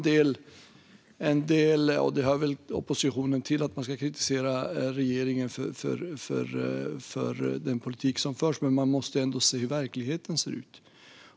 Det hör väl oppositionen till att kritisera regeringen för den politik som förs, men man måste ändå se hur verkligheten ser ut.